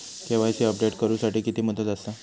KYC update करू साठी किती मुदत आसा?